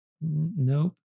Nope